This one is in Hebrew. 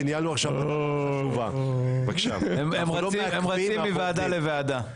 וניהלנו עכשיו --- הם רצים מוועדה לוועדה.